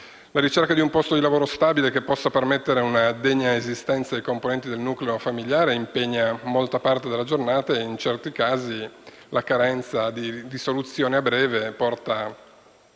La ricerca di un posto di lavoro stabile che possa permettere una degna esistenza ai componenti del nucleo familiare impegna molta parte della giornata e, in certi casi, la carenza di soluzioni a breve porta